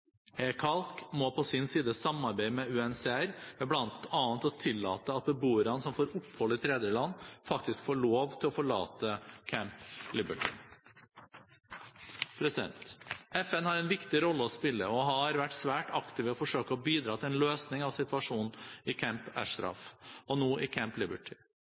må på sin side samarbeide med UNHCR, ved bl.a. å tillate at beboerne som får opphold i tredjeland, faktisk får lov til å forlate Camp Liberty. FN har en viktig rolle å spille og har vært svært aktiv i å forsøke å bidra til en løsning av situasjonen i Camp Ashraf, og nå i